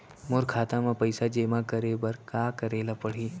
मोर खाता म पइसा जेमा करे बर का करे ल पड़ही?